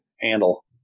handle